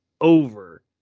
over